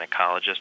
gynecologist